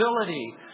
ability